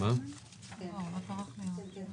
היגיון שהכול יוטל על חברות הליסינג